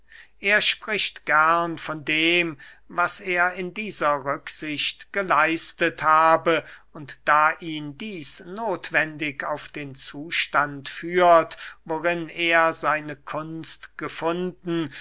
er spricht gern von dem was er in dieser rücksicht geleistet habe und da ihn dieß nothwendig auf den zustand führt worin er seine kunst gefunden